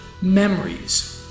memories